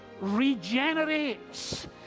regenerates